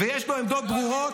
ויש לו עמדות ברורות,